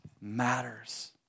matters